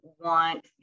want